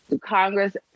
congress